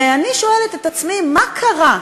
ואני שואלת את עצמי, מה קרה,